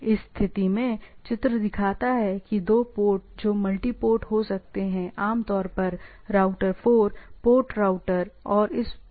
इस स्थिति में चित्र दिखाता है कि दो पोर्ट जो मल्टी पोर्ट हो सकते हैं आमतौर पर राउटर 4 पोर्ट राउटर और उस प्रकार की चीज होते हैं